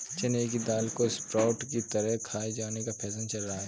चने की दाल को स्प्रोउट की तरह खाये जाने का फैशन चल रहा है